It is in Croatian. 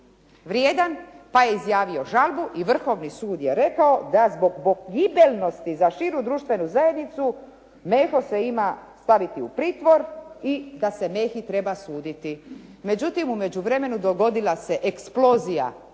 vrijedan pa je izjavio žalbu i vrhovni sud je rekao da zbog pogibeljnosti za širu društvenu zajednicu Meho se ima staviti u pritvor i da se Mehi treba suditi. Međutim, u međuvremenu dogodila se eksplozija